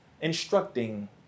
instructing